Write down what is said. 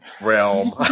realm